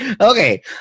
Okay